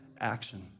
action